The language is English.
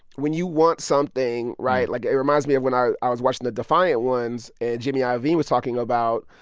when you want something right? like, it reminds me of when i i was watching the defiant ones and jimmy ah iovine was talking about,